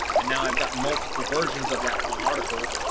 and now i've got multiple versions of that one article.